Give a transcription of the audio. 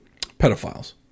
pedophiles